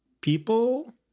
people